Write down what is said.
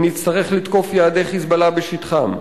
אם נצטרך לתקוף יעדי 'חיזבאללה' בשטחם.